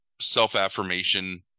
self-affirmation